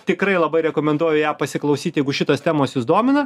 tikrai labai rekomenduoju ją pasiklausyti jeigu šitos temos jus domina